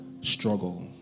struggle